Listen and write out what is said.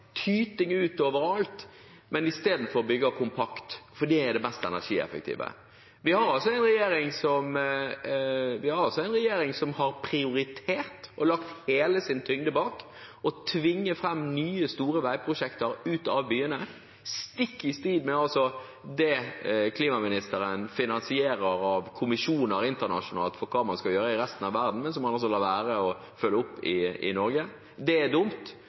men istedenfor bygger kompakt, for det er det mest energieffektive. Vi har altså en regjering som har prioritert, og lagt hele sin tyngde bak, å tvinge fram nye, store veiprosjekter ut av byene, stikk i strid med det klimaministeren finansierer av kommisjoner internasjonalt for hva man skal gjøre i resten av verden, men som man altså lar være å følge opp i Norge. Det er dumt.